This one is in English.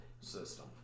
system